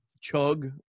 chug